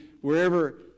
wherever